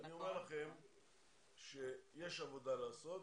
אני אומר לכם שיש עבודה לעשות,